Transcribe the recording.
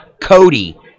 Cody